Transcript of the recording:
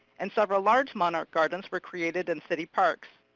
and several large monarch gardens were created in city parks.